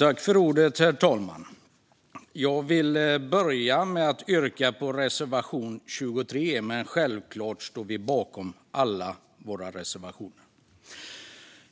Herr talman! Jag yrkar bifall till reservation 23. Men självklart står vi bakom alla våra reservationer.